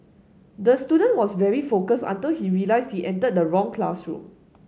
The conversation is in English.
the student was very focus until he realised he entered the wrong classroom